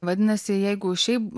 vadinasi jeigu šiaip